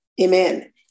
Amen